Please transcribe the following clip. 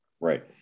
Right